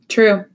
True